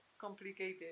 complicated